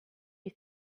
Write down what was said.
you